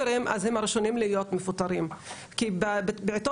אז אנחנו גם נשמח כחברה אזרחית לעזור למאמצים האלה כי אנחנו באמת רוצות